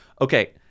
Okay